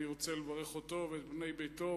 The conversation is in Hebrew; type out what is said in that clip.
אני רוצה לברך אותו ואת בני ביתו